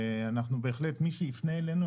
בהחלט מי שיפנה אלינו,